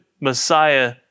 Messiah